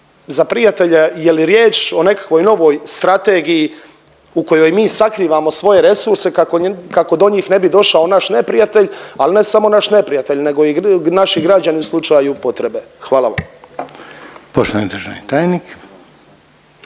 za prijatelja je li riječ o nekakvoj novoj strategiji u kojoj mi sakrivamo svoje resurse kako do njih ne bi došao naš neprijatelj ali ne samo naš neprijatelj nego i naši građani u slučaju potrebe. Hvala vam.